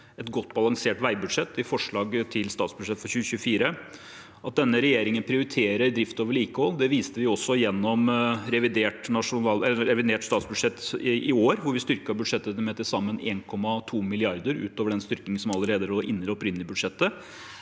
et godt balansert veibudsjett i forslaget til statsbudsjett for 2024. At denne regjeringen prioriterer drift og vedlikehold, viste vi også gjennom revidert statsbudsjett i år, hvor vi styrket budsjettet med til sammen 1,2 mrd. kr utover den styrkingen som allerede lå inne i det opprinnelige budsjettet,